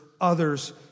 others